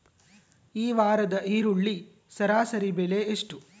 ಈ ವಾರದ ಈರುಳ್ಳಿ ಸರಾಸರಿ ಬೆಲೆ ಎಷ್ಟು?